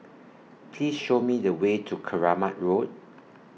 Please Show Me The Way to Keramat Road